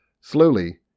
Slowly